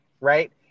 right